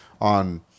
on